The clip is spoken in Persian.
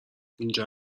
اینجا